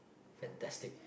fantastic